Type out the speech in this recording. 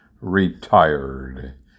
retired